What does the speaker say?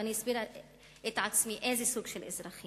ואני אסביר את עצמי, איזה סוג של אזרחים.